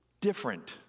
different